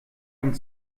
ein